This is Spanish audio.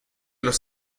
los